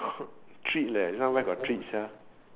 treat leh this one where got treat sia